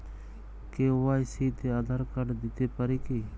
KYC তে Aadhaar card দিতে পারি কি?